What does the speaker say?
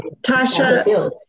Tasha